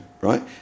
right